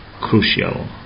crucial